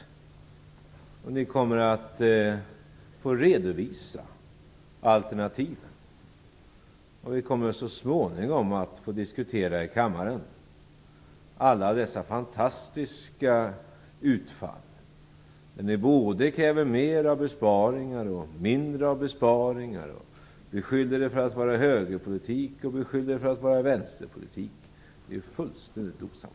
Ni kommer att få redovisa alternativen, och vi kommer så småningom att här i kammaren få diskutera alla dessa fantastiska utfall där ni både kräver mer av besparingar och mindre av besparingar och beskyller för högerpolitik och för vänsterpolitik. Det är fullständigt osammanhängande.